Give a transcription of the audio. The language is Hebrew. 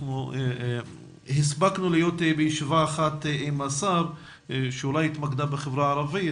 אנחנו הספקנו להיות בישיבה אחת עם השר שאולי התמקדה בחברה הערבית,